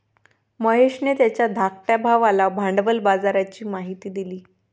महेशने त्याच्या धाकट्या भावाला भांडवल बाजाराची माहिती दिली